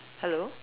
hello